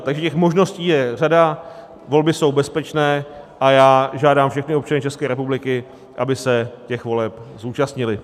Takže těch možností je řada, volby jsou bezpečné a já žádám všechny občany České republiky, aby se těch voleb zúčastnili.